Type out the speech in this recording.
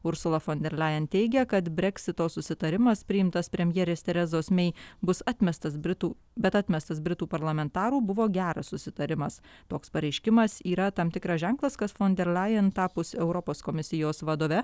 ursula fon der liajen teigia kad breksito susitarimas priimtas premjerės terezos mei bus atmestas britų bet atmestas britų parlamentarų buvo geras susitarimas toks pareiškimas yra tam tikras ženklas kad fon der liajen tapus europos komisijos vadove